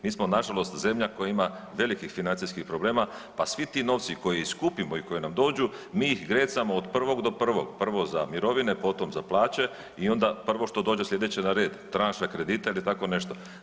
Mi smo na žalost zemlja koja ima velikih financijskih problema, pa svi ti novci koje i skupimo i koji nam dođu mi ih grecamo od 1. do 1. Prvo za mirovine, potom za plaće i onda prvo što dođe sljedeće na red tranša kredita ili tako nešto.